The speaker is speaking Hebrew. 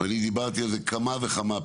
ואני דיברתי על זה כמה וכמה פעמים,